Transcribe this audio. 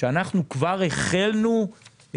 שאנחנו כבר החלנו את